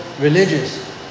religious